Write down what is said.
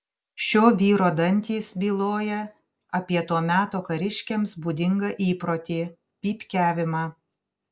šio vyro dantys byloja apie to meto kariškiams būdingą įprotį pypkiavimą